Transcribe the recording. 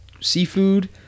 seafood